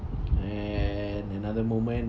and another moment